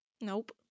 Nope